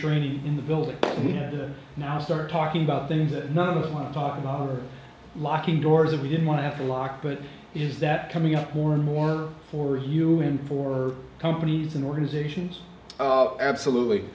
training in the building we had to now start talking about things that none of us want to talk about locking doors that we didn't want to have to lock but is that coming up more and more for you and for companies and organizations absolutely